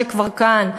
שכבר כאן.